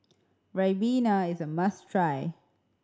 Ribena is a must try